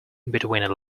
between